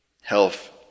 Health